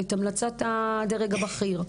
את המלצת הדרג הבכיר.